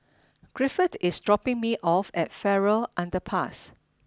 Griffith is dropping me off at Farrer Underpass